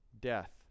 death